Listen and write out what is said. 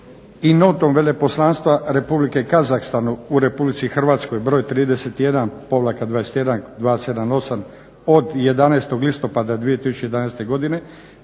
i notom veleposlanstva Republike Kazahstan u Republici Hrvatskoj broj 31-21 278 od 11. listopada 2011. godine